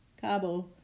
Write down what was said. Cabo